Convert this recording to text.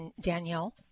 Danielle